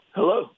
Hello